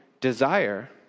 desire